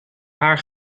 haar